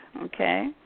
okay